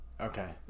okay